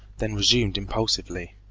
then resumed impulsively.